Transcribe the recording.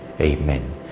Amen